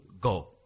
go